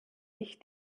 ich